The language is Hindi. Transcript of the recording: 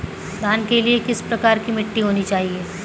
धान के लिए किस प्रकार की मिट्टी होनी चाहिए?